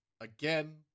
again